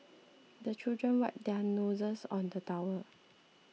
the children wipe their noses on the towel